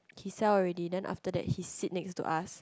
he sell already then after that he sit next to us